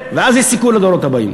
להקים קרן לדורות הבאים.